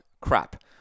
crap